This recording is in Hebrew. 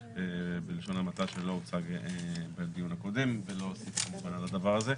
בלשון המעטה שלא הוצג בדיון הקודם ולא הוסיף --- לדבר הזה.